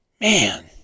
Man